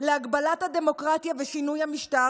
להגבלת הדמוקרטיה ושינוי המשטר,